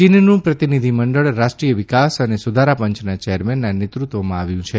ચીનનું પ્રતિનિધિમંડળ રાષ્ટ્રીય વિકાસ અને સુધારા પંચના ચેરમેનના નેતૃત્વમાં આવ્યું છે